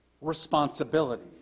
responsibility